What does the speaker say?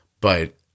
but-